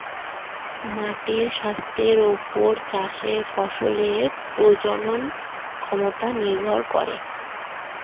মাটির স্বাস্থ্যের ওপর চাষের ফসলের প্রজনন ক্ষমতা নির্ভর করে